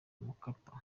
mkapa